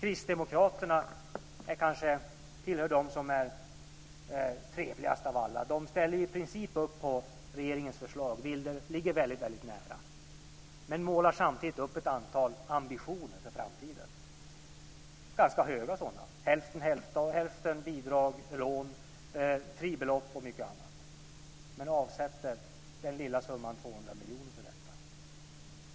Kristdemokraterna tillhör kanske de som är trevligast av alla. Men de målar samtidigt upp ett antal ambitioner för framtiden. Det är ganska höga ambitioner. Hälften bidrag och hälften lån, fribelopp och mycket annat. Men de avsätter bara den lilla summan 200 miljoner för detta.